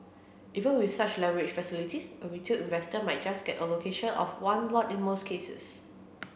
even with such leverage facilities a retail investor might just get allocation of one lot in most cases